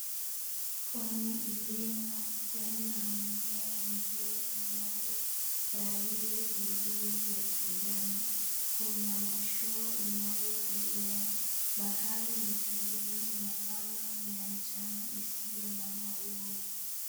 Pwani iliyo na mitende na mimea ingine inayodhawiri vizuri ya kijani. Kuna mashua inayoendelea. Bahari ni tulivu na anga ni ya mchana isiyo na mawingu.